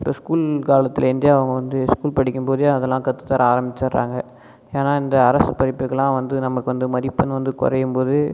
இப்போ ஸ்கூல் காலத்துலேருந்தே அவங்க வந்து ஸ்கூல் படிக்கும் போதே அதெல்லாம் கற்று தர ஆரம்பித்திடறாங்க ஏன்னால் இந்த அரசு படிப்புக்கெல்லாம் வந்து நமக்கு வந்து மதிப்பெண் வந்து குறையும் போது